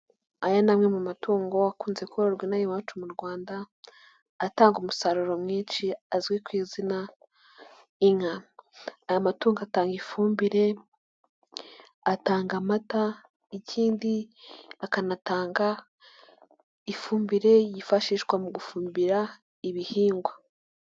Aya ni amwe mu matungo akunze kororwa inaha iwacu mu rwanda atanga umusaruro mwinshi azwi ku izina inka, aya matungo atanga ifumbire, atanga amata ,ikindi akanatanga ifumbire yifashishwa mu gufumbira ibihingwa.